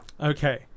Okay